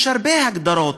יש הרבה הגדרות,